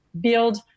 build